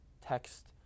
text